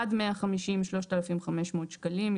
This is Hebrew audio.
עד 150 - 3,500 שקלים.